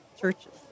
churches